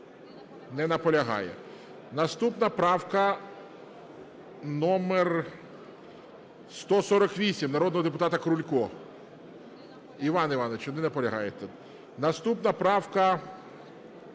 Не наполягає. Наступна правка номер 148 народного депутата Крулька. Іване Івановичу, не наполягаєте. Наступна правка